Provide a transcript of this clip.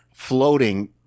floating